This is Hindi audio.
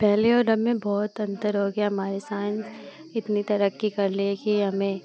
पहले और अब में बहुत अन्तर हो गया हमारा साइन्स इतनी तरक्की कर ली है कि हमें